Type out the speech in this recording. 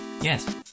Yes